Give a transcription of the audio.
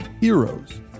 Heroes